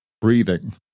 breathing